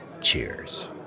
Cheers